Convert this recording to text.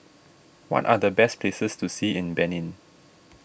what are the best places to see in Benin